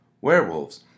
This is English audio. Werewolves